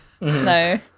No